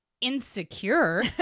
insecure